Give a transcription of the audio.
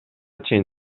чейин